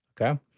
Okay